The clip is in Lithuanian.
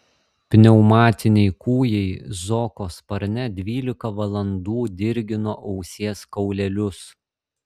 pneumatiniai kūjai zoko sparne dvylika valandų dirgino ausies kaulelius